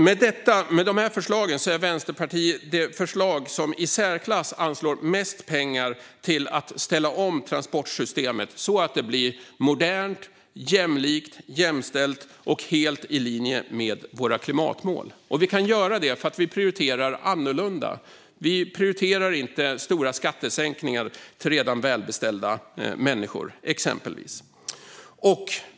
Med dessa förslag är Vänsterpartiet det parti som anslår i särklass mest pengar till att ställa om transportsystemet så att det blir modernt, jämlikt, jämställt och helt i linje med våra klimatmål. Vi kan göra detta för att vi prioriterar annorlunda. Vi prioriterar inte stora skattesänkningar till redan välbeställda människor, exempelvis.